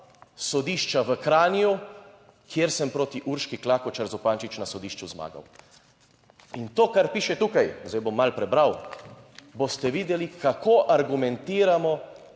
sodišča v Kranju, kjer sem proti Urški Klakočar Zupančič na sodišču zmagal in to kar piše tukaj, zdaj bom malo prebral, boste videli, kako argumentirano